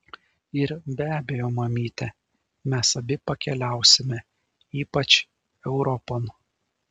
ir be abejo mamyte mes abi pakeliausime ypač europon